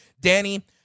Danny